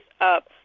up